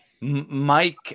Mike